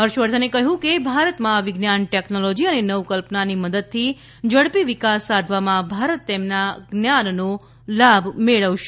હર્ષવર્ધને કહ્યું કે ભારતમાં વિજ્ઞાન ટેક્નોલોજી અને નવ કલ્પનાની મદદથી ઝડપી વિકાસ સાધવામાં ભારત તેમના જ્ઞાનનો લાભ મેળવશે